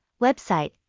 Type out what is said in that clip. website